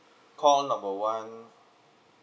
call number one